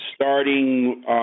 Starting